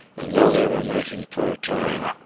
and though they were making poor time,